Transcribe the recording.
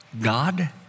God